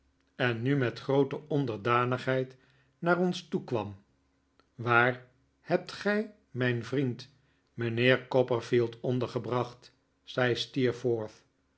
en nu met groote onderdanigheid naar ons toekwam kwam waar hebt gij mijn vriend mijnheer copperfield ondergebracht zei